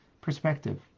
perspective